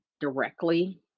directly